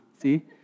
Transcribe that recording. See